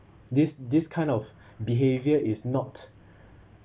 this this kind of behaviour is not